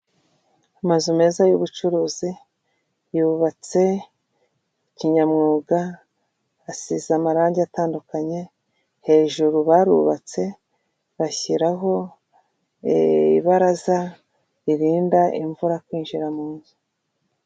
Amazu meza y'ubucuruzi, yubatse kinyamwuga, asize amarangi atandukanye, hejuru barubatse, bashyiraho ibaraza ririnda imvura kwinjira mu nzu.